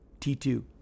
T2